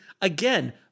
Again